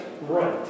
right